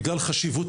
בגלל חשיבות